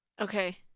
Okay